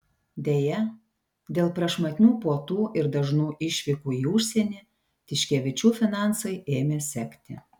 deja dėl prašmatnių puotų ir dažnų išvykų į užsienį tiškevičių finansai ėmė sekti